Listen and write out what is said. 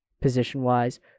position-wise –